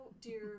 dear